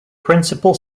principal